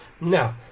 Now